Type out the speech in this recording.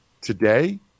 today